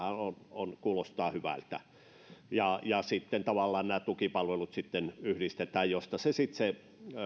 kaksituhattakolmekymmentäviisi tämähän kuulostaa hyvältä sitten nämä tukipalvelut tavallaan yhdistetään mistä saadaan se